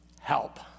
Help